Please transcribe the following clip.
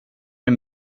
det